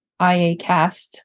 IAcast